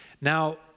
Now